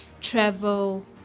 travel